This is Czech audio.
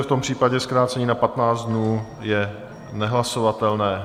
V tom případě zkrácení na 15 dnů je nehlasovatelné.